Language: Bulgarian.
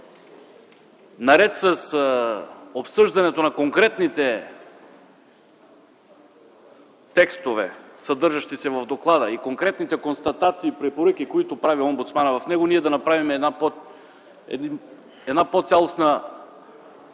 наред с обсъждането на конкретните текстове, съдържащи се в доклада, и конкретните констатации и препоръки, които прави омбудсманът, в него ние да направим една по-цялостна